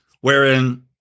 wherein